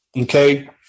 Okay